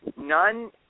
none